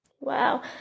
Wow